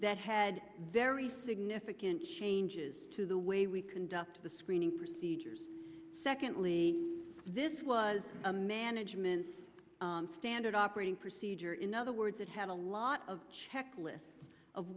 that had very significant changes to the way we conduct the screening procedures secondly this was a management standard operating procedure in other words it had a lot of checklist of